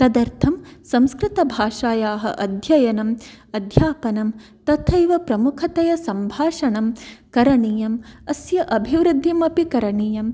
तदर्थं संस्कृतभाषायाः अध्ययनम् अध्यापनं तथैव प्रमुखतया सम्भाषणं करणीयम् अस्य अभिवृद्धिमपि करणीयम्